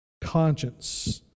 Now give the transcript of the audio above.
conscience